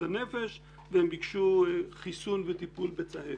הנפש והם ביקשו חיסון וטיפול בצהבת.